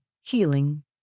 healing